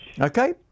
Okay